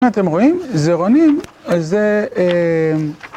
אתם רואים? זרעונים, זה אההה...